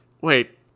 Wait